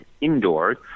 indoors